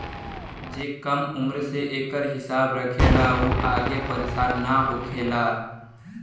जे कम उम्र से एकर हिसाब रखेला उ आगे परेसान ना होखेला